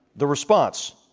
the response,